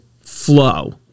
flow